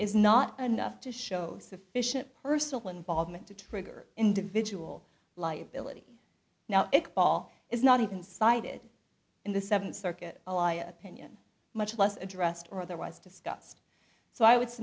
is not enough to show sufficient personal involvement to trigger individual liability now it ball is not even cited in the seventh circuit ally opinion much less addressed or otherwise discussed so i would s